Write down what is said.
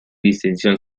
distinción